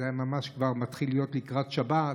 וכבר ממש התחיל להיות לקראת שבת.